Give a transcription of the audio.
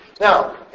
Now